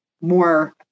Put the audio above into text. more